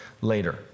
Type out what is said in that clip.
later